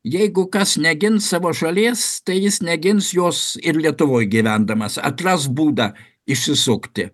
jeigu kas negins savo šalies tai jis negins jos ir lietuvoj gyvendamas atras būdą išsisukti